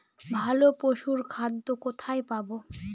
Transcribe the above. ভালো পশুর খাদ্য কোথায় পাবো?